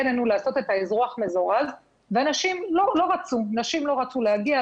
אלינו לעשות אזרוח מזורז ואנשים לא רצו להגיע,